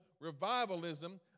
revivalism